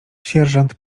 sierżant